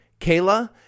Kayla